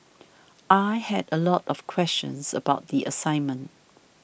I had a lot of questions about the assignment